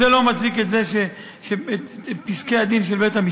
זה לא מצדיק את פסקי-הדין של בית-המשפט,